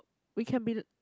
we can be